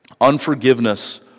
unforgiveness